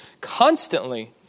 constantly